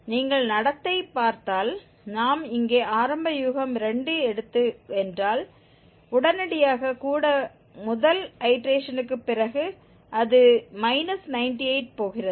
நீங்கள் நடத்தை பார்த்தால் நாம் இங்கே ஆரம்ப யூகம் 2 எடுத்து என்றால் உடனடியாக கூட முதல் ஐடேரேஷன்க்கு பிறகு அது −98 போகிறது